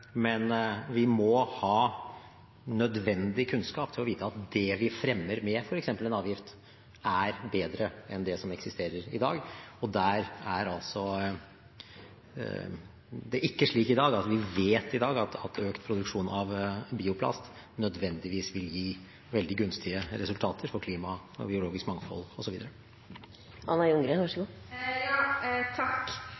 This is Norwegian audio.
men vi må ha nødvendig kunnskap til å vite at det vi fremmer med f.eks. en avgift, er bedre enn det som eksisterer i dag. Det er ikke slik at vi vet i dag at økt produksjon av bioplast nødvendigvis vil gi veldig gunstige resultater for klima, biologisk mangfold